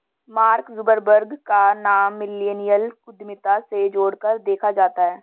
mark Zuckerberg का नाम millennial उद्यमिता से जोड़कर देखा जाता है